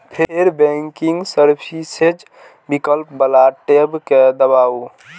फेर banking services विकल्प बला टैब कें दबाउ